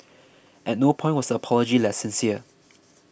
at no point was the apology less sincere